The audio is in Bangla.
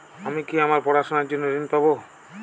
আমি কি আমার পড়াশোনার জন্য ঋণ পাব?